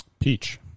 Peach